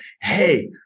Hey